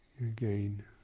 again